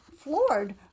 floored